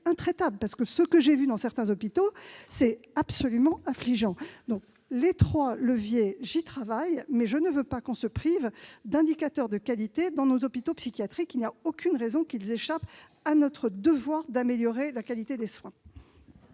intraitable, parce que ce que j'ai vu dans certains hôpitaux est absolument affligeant. Je travaille sur ces trois leviers, mais je ne veux pas que nous nous privions de ces indicateurs de qualité dans nos hôpitaux psychiatriques. Il n'y a aucune raison qu'ils échappent à notre devoir d'améliorer la qualité des soins.